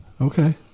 Okay